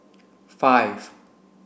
five